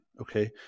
Okay